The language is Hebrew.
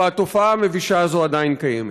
והתופעה המבישה הזאת עדיין קיימת.